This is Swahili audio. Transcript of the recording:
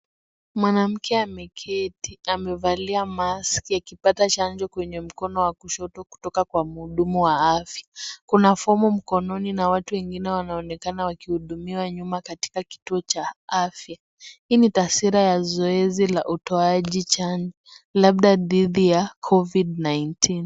Mwanamke ameketi amevalia maski akipata chanjo kwenye mkono wa kushoto kutoka Kwa mhudumu wa afya ,kuna fomu mkononi na watu wengine wanaonekana wakihudumiwa nyuma katika kituo cha afya. Hii ni taswira ya zoezi la utoaji chanjo labda dhidi ya COVID19.